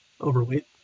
overweight